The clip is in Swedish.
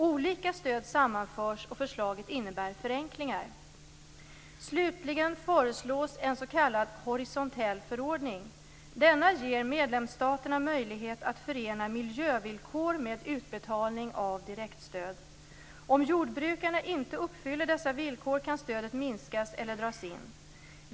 Olika stöd sammanförs, och förslaget innebär förenklingar. Denna ger medlemsstaterna möjlighet att förena miljövillkor med utbetalning av direktstöd. Om jordbrukarna inte uppfyller dessa villkor kan stödet minskas eller dras in.